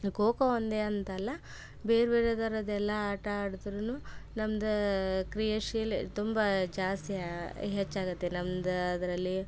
ಖೋ ಖೋ ಒಂದೇ ಅಂತಲ್ಲ ಬೇರೆ ಬೇರೆ ಥರದ್ದೆಲ್ಲ ಆಟ ಆಡಿದ್ರೂನು ನಮ್ದು ಕ್ರಿಯಾಶೀಲೆ ತುಂಬ ಜಾಸ್ತಿ ಹೆಚ್ಚಾಗುತ್ತೆ ನಮ್ದು ಅದರಲ್ಲಿ